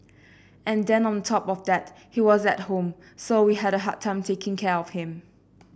and then on top of that he was at home so we had a hard time taking care of him